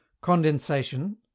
condensation